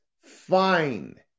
fine